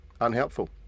unhelpful